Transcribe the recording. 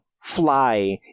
fly